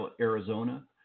Arizona